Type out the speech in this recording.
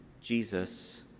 Jesus